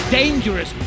dangerous